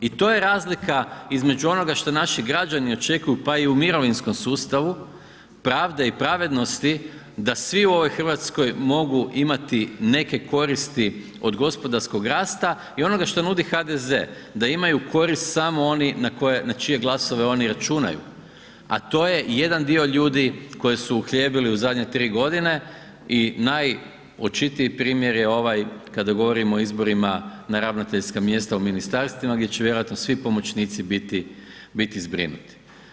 I to je razlika između onoga što naši građani očekuju pa i u mirovinskom sustavu, pravde i pravednosti da svi u ovoj Hrvatskoj mogu imati neke koristi od gospodarskog rasta i onoga što nudi HDZ, da imaju korist samo oni na čije glasove oni računaju a to je jedan dio ljudi koje su uhljebili u zadnje tri godine i najočitiji primjer je ovaj kada govorimo o izborima na ravnateljska mjesta u ministarstvima gdje će vjerojatno svi pomoćnici biti zbrinuti.